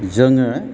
जोङो